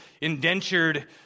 indentured